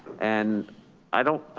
and i don't,